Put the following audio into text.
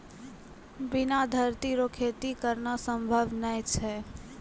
बिना धरती रो खेती करना संभव नै छै